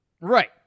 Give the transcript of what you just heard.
Right